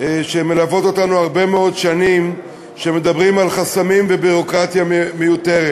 שמלוות אותנו הרבה מאוד שנים כשמדברים על חסמים וביורוקרטיה מיותרת.